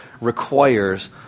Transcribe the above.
requires